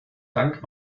dank